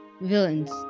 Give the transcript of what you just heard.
Villains